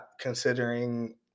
considering